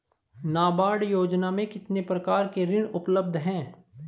नाबार्ड योजना में कितने प्रकार के ऋण उपलब्ध हैं?